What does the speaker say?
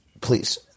Please